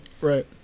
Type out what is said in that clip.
Right